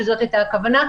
שזאת הייתה הכוונה,